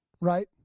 right